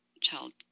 child